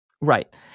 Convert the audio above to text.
Right